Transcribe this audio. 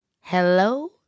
Hello